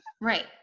Right